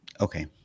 Okay